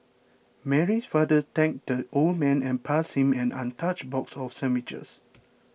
Mary's father thanked the old man and passed him an untouched box of sandwiches